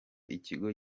ikigo